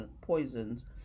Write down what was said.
poisons